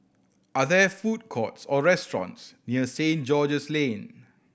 are there food courts or restaurants near Saint George's Lane